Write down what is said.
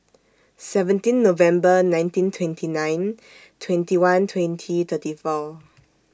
seventeen November nineteen twenty nine twenty one twenty thirty four